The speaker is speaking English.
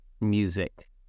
music